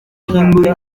kimbley